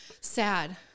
Sad